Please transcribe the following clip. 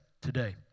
today